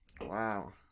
Wow